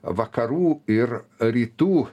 vakarų ir rytų